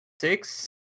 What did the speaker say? six